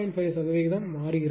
5 சதவிகிதம் மாறுகிறது